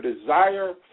desire